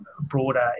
broader